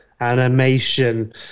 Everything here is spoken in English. animation